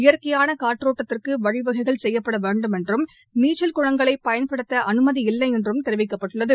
இயற்கையான காற்றோட்டத்திற்கு வழிவகைகள் செய்யப்பட வேண்டும் என்றும் நீச்சல் குளங்களை பயன்படுத்த அனுமதியில்லை என்றும் தெரிவிக்கப்பட்டுள்ளது